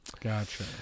Gotcha